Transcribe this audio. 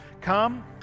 come